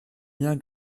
bien